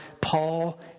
Paul